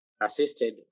assisted